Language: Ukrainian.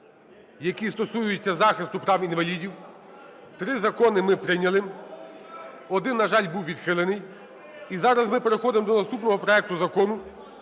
які стосуються захисту прав інвалідів. Три закони ми прийняли. Один, на жаль, був відхилений. І зараз ми переходимо до наступного проекту Закону